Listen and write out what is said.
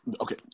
Okay